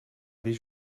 dir